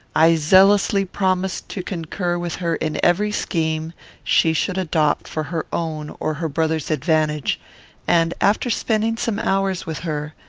i zealously promised to concur with her in every scheme she should adopt for her own or her brother's advantage and, after spending some hours with her,